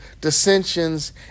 dissensions